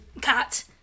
Cat